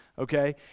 Okay